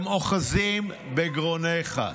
הם אוחזים בגרונך.